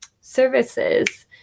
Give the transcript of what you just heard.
services